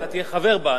אתה תהיה חבר בה.